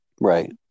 Right